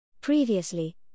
Previously